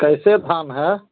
कैसे धान है